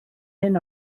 hyn